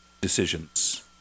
decisions